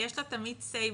יש לה תמיד say בנושא.